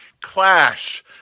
clash